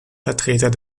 vertreter